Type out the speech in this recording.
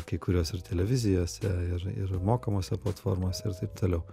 kai kuriuos ir televizijose ir ir mokamose platformose ir taip toliau